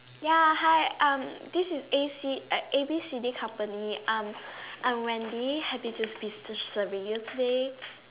ya hi um this is A C eh A B C D company I'm I'm Wendy happy to be serving you today